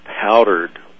powdered